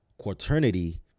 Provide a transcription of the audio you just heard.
quaternity